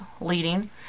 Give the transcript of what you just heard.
leading